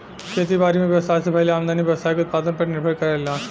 खेती बारी में व्यवसाय से भईल आमदनी व्यवसाय के उत्पादन पर निर्भर करेला